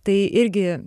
tai irgi